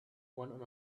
one